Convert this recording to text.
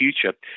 future